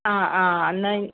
ആ ആ എന്നാൽ